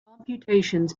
computations